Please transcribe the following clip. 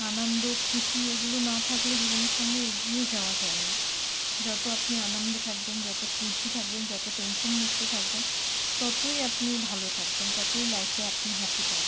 আনন্দ খুশি এগুলো না থাকলে জীবনের সঙ্গে এগিয়ে যাওয়া যায় না যত আপনি আনন্দে থাকবেন যত খুশি থাকবেন যত টেনশনমুক্ত থাকবেন ততই আপনি ভালো থাকবেন ততই লাইফে আপনি হ্যাপি থাকবেন